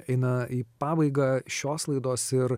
eina į pabaigą šios laidos ir